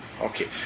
Okay